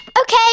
Okay